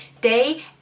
day